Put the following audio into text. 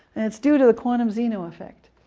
it's due to the quantum zeno effect.